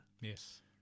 Yes